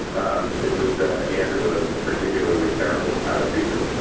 um it was at the end of a particularly terrible pilot season.